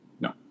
No